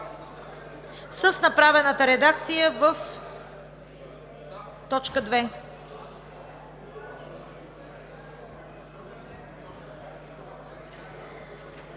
с направената редакция в т. 2.